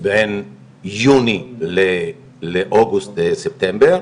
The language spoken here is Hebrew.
בין יוני לאוגוסט ולספטמבר.